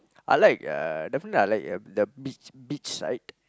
I like uh definitely I like uh the beach beach side